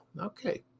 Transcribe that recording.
Okay